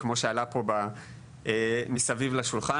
וכמו שעלה פה מסביב לשולחן.